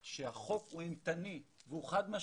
שהחוק הוא אימתני והוא חד משמעי,